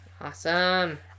Awesome